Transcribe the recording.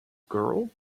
girl